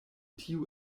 tiu